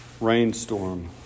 rainstorm